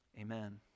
Amen